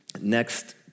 next